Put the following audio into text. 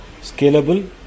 scalable